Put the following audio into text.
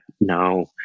now